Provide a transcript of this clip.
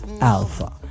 Alpha